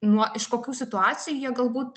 nuo iš kokių situacijų jie galbūt